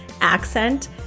accent